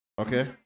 okay